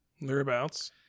thereabouts